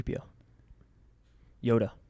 Yoda